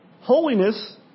Holiness